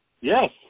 Yes